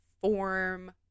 form